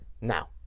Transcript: Now